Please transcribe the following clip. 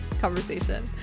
conversation